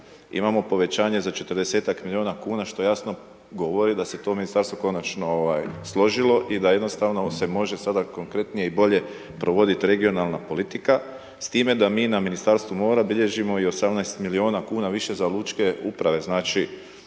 imamo povećanje za 40-ak milijuna što jasno govori da se to ministarstvo konačno složilo da jednostavno se može sada konkretnije i bolje provoditi regionalna politika s time da mi na Ministarstvu mora bilježimo i 18 milijuna kn više za ručke uprave. Znači